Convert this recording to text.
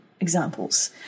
examples